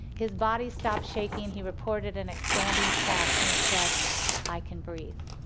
his body stopped shaking, he reported an expanding chest, and he said i can breathe,